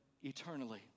eternally